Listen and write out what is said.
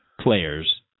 players